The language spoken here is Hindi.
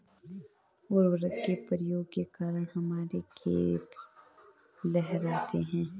उर्वरक के प्रयोग के कारण हमारे खेत लहलहा रहे हैं